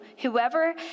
Whoever